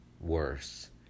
worse